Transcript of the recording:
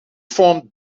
formed